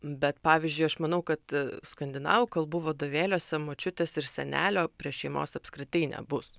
bet pavyzdžiui aš manau kad skandinavų kalbų vadovėliuose močiutės ir senelio prie šeimos apskritai nebus